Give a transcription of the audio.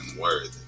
worthy